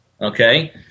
okay